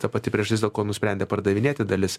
ta pati priežastis dėl ko nusprendė pardavinėti dalis